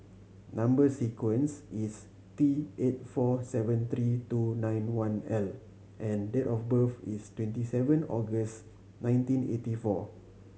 number sequence is T eight four seven three two nine one L and date of birth is twenty seven August nineteen eighty four